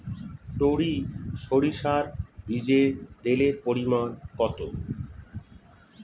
টরি সরিষার বীজে তেলের পরিমাণ কত?